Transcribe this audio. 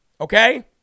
Okay